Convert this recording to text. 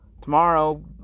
tomorrow